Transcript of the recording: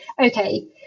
okay